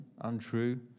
untrue